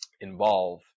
involve